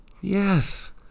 Yes